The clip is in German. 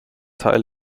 teil